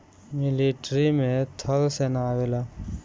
military में थल सेना आवेला